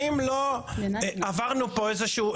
האם לא עברנו פה איזשהו,